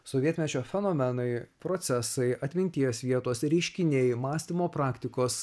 sovietmečio fenomenai procesai atminties vietos reiškiniai mąstymo praktikos